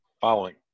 following